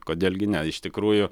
kodėl gi ne iš tikrųjų